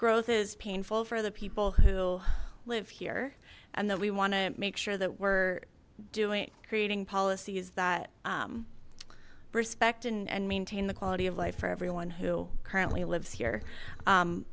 growth is painful for the people who live here and that we want to make sure that we're doing creating policies that respect and maintain the quality of life for everyone who currently lives here